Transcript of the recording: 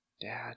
Dad